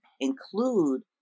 include